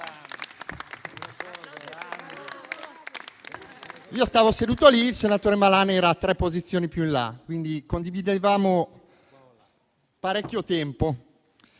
Io stavo seduto lì, il senatore Malan era tre posizioni più in là; condividevamo parecchio tempo.